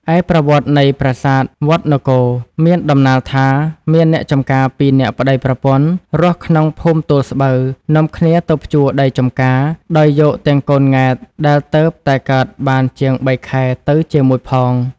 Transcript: ឯប្រវត្តិនៃ ប្រាសាទវត្ដនគរ មានដំណាលថា មានអ្នកចម្ការពីរនាក់ប្តីប្រពន្ធ រស់ក្នុងភូមិទួលស្បូវ នាំគ្នាទៅភ្ជួរដីចម្ការ ដោយយកទាំងកូនង៉ែតដែលទើបតែកើតបានជាងបីខែទៅជាមួយផង។